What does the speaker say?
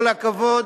כל הכבוד,